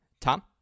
Tom